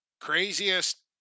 craziest –